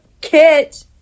kit